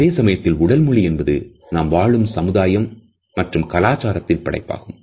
அதே சமயத்தில் உடல் மொழி என்பது நாம் வாழும் சமுதாயம் மற்றும் கலாச்சாரத்தின் படைப்பாகும்